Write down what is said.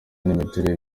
n’imiterere